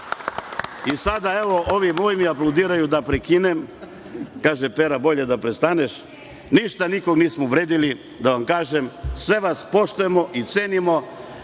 Srbije. Evo ovi moji mi prekidaju da prekinem. Kaže Pera: „Bolje da prestaneš“. Ništa nikog nismo uvredili, da vam kažem. Sve vas poštujemo i cenimo.